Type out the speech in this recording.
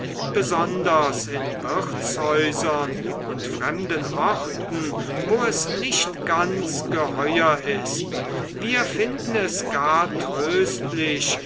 besonders in wirtshäusern und fremden orten wo es nicht ganz geheuer ist wir finden es gar tröstlich